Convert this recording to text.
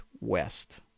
West